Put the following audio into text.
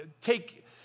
take